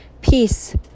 peace